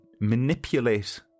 manipulate